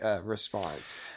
response